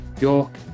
York